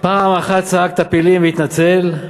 פעם אחת צעק "טפילים" והתנצל,